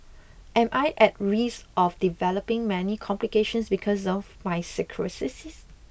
am I at risk of developing many complications because of my cirrhosis